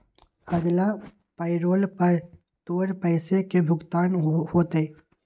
अगला पैरोल पर तोर पैसे के भुगतान होतय